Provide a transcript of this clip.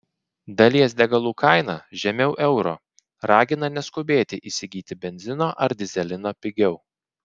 dalies degalų kaina žemiau euro ragina neskubėti įsigyti benzino ar dyzelino pigiau